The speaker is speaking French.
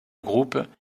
groupe